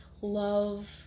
love